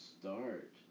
start